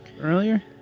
Earlier